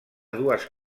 dues